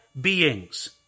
beings